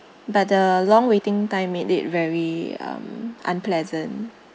but the long waiting time made it very um unpleasant